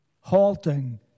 halting